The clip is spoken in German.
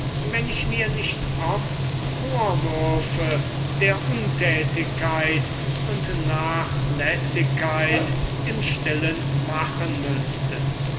wenn ich mir nicht oft vorwürfe der untätigkeit und nachlässigkeit im stillen machen müßte